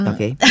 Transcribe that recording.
Okay